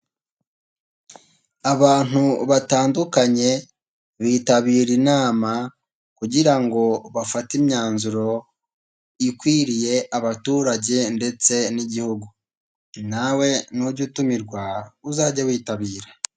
Abantu batandukanye bitabira inama kugira ngo bafate imyanzuro ikwiriye abaturage ndetse n'Igihugu, nawe nujya utumirwa uzajye witabira.